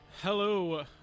Hello